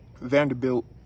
Vanderbilt